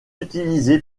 utilisé